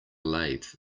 lathe